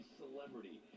celebrity